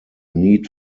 need